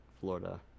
Florida